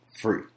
Free